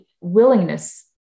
willingness